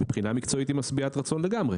מבחינה מקצועית היא משביעת רצון לגמרי